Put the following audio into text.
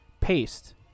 paste